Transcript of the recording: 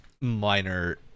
minor